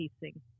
pacing